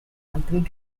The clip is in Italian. altri